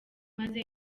maze